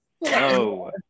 No